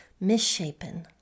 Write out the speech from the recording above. misshapen